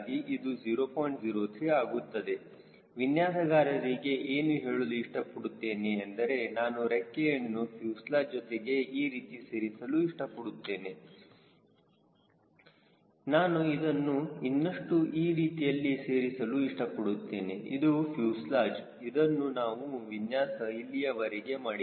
03 ಆಗುತ್ತದೆ ವಿನ್ಯಾಸಕಾರರಿಗೆ ಏನು ಹೇಳಲು ಇಷ್ಟಪಡುತ್ತೇನೆ ಅಂದರೆ ನಾನು ರೆಕ್ಕೆಯನ್ನು ಫ್ಯೂಸೆಲಾಜ್ ಜೊತೆಗೆ ಈ ರೀತಿ ಸೇರಿಸಲು ಇಷ್ಟಪಡುತ್ತೇನೆ ನಾನು ಇದನ್ನು ಇನ್ನಷ್ಟು ಈ ರೀತಿಯಲ್ಲಿ ಸೇರಿಸಲು ಇಷ್ಟಪಡುತ್ತೇನೆ ಇದು ಫ್ಯೂಸೆಲಾಜ್ ಇದನ್ನು ನಾವು ವಿನ್ಯಾಸ ಇಲ್ಲಿಯವರೆಗೆ ಮಾಡಿಲ್ಲ